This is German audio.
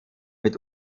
mit